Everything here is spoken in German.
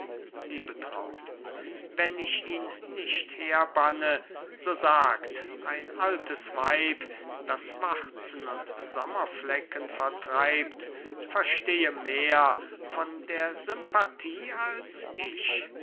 liebetraut wenn ich ihn nicht herbanne so sagt ein altes weib das warzen und sommerflecken vertreibt verstehe mehr von der sympathie als ich